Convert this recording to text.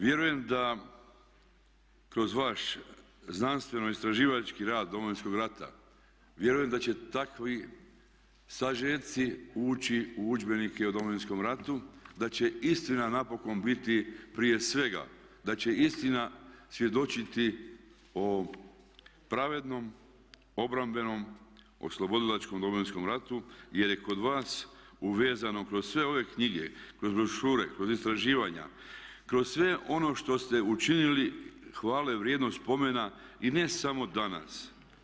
Vjerujem da kroz vaš znanstveno-istraživački rad Domovinskog rata, vjerujem da će takvi sažeci ući u udžbenike o Domovinskom ratu, da će istina napokon biti prije svega da će istina svjedočiti o pravednom, obrambenom, oslobodilačkom Domovinskom ratu jer je kod vas uvezano kroz sve ove knjige, kroz brošure, kroz istraživanja, kroz sve ono što ste učinili hvale vrijedno spomena i ne samo danas.